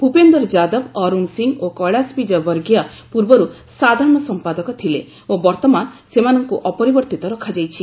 ଭୂପେନ୍ଦର ଯାଦବ ଅରୁଣ ସିଂହ ଓ କୈଳାଶ ବିଜୟ ବର୍ଗିଆ ପୂର୍ବରୁ ସାଧାରଣ ସମ୍ପାଦକ ଥିଲେ ଓ ବର୍ଭମାନ ସେମାନଙ୍କୁ ଅପରିବର୍ତ୍ତିତ ରଖାଯାଇଛି